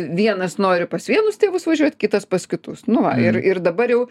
vienas nori pas vienus tėvus važiuot kitas pas kitus nu va ir ir dabar jau